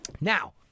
Now